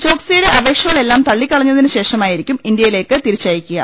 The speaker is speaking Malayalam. ചോക്സിയുടെ അപേക്ഷകളെല്ലാം തള്ളിക്കളഞ്ഞതിന് ശേഷമായിരിക്കും ഇന്ത്യയിൽ തിരിച്ചയക്കുക